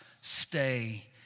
stay